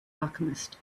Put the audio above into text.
alchemist